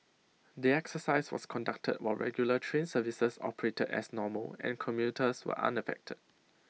the exercise was conducted while regular train services operated as normal and commuters were unaffected